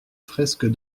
fresques